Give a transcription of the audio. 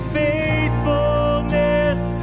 faithfulness